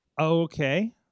Okay